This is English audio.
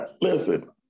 Listen